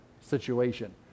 situation